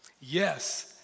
Yes